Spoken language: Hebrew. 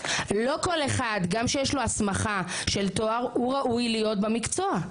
לא כל אחד גם שיש לו הסמכה של תואר הוא ראוי להיות במקצוע.